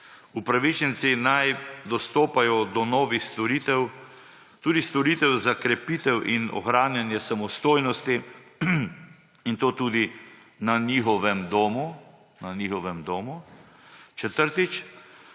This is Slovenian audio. upravičenci naj dostopajo do novih storitev, tudi storitev za krepitev in ohranjanje samostojnosti in to tudi na njihovem domu. Četrtič,